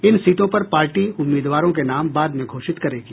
इन सीटों पर पार्टी उम्मीदवारों के नाम बाद में घोषित करेगी